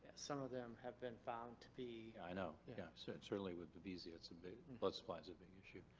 some of them have been found to be. i know. yeah, so certainly with babesia it's a big. and blood supply is a big issue.